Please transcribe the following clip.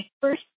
first